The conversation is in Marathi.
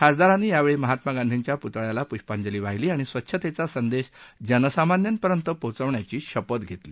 खासदारांनी यावेळी महात्मा गांधींच्या पुतळ्याला पुष्पांजली वाहिली आणि स्वच्छतेचा संदेश जनसामान्यांपर्यंत पोहोचवण्याची शपथ घेतली